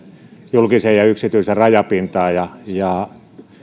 julkisen ja yksityisen rajapintaa ja ja